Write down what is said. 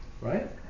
Right